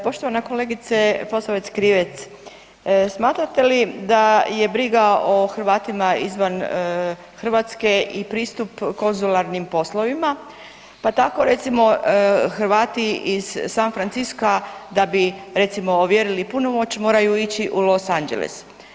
Poštovana kolegice Posavec Krivec, smatrate li da je briga o Hrvatima izvan Hrvatske i pristup konzularnim poslovima, pa tako recimo Hrvati iz San Franciska da bi recimo ovjerili punomoć moraju ići u Los Angeles.